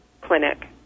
clinic